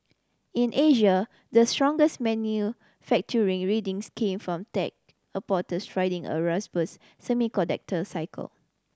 in Asia the strongest manufacturing readings came from tech riding a semiconductor cycle